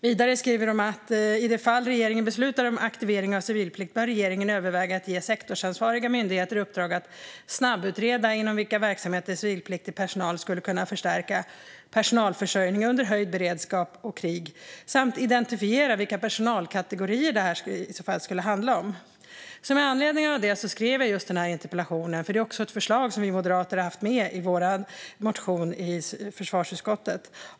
Vidare skriver de att regeringen i det fall den beslutar om aktivering av civilplikt bör överväga att ge sektorsansvariga myndigheter i uppdrag att snabbutreda inom vilka verksamheter civilpliktig personal skulle kunna förstärka personalförsörjningen vid höjd beredskap och krig samt identifiera vilka personalkategorier det i så fall skulle handla om. Med anledning av detta skrev jag den här interpellationen, för det är också ett förslag som vi moderater har haft med i vår motion i försvarsutskottet.